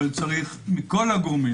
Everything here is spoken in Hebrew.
אבל צריך מכל הגורמים